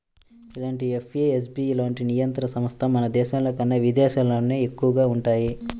ఇలాంటి ఎఫ్ఏఎస్బి లాంటి నియంత్రణ సంస్థలు మన దేశంలోకన్నా విదేశాల్లోనే ఎక్కువగా వుంటయ్యి